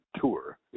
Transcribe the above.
tour